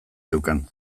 zeukan